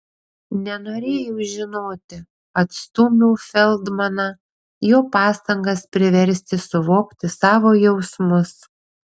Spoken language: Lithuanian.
nenorėjau žinoti atstūmiau feldmaną jo pastangas priversti suvokti savo jausmus